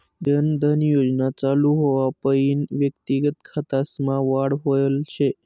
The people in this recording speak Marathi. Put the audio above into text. जन धन योजना चालू व्हवापईन व्यक्तिगत खातासमा वाढ व्हयल शे